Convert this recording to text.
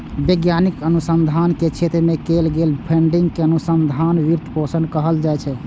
वैज्ञानिक अनुसंधान के क्षेत्र मे कैल गेल फंडिंग कें अनुसंधान वित्त पोषण कहल जाइ छै